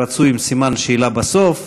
רצוי עם סימן שאלה בסוף,